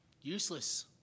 useless